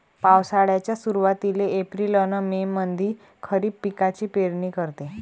पावसाळ्याच्या सुरुवातीले एप्रिल अन मे मंधी खरीप पिकाची पेरनी करते